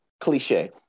Cliche